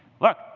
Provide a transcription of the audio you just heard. look